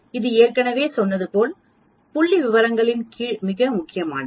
இது ஏற்கனவே சொன்னது போல புள்ளிவிவரங்களில் மிக முக்கியமானது